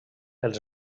els